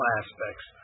aspects